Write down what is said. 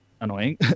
annoying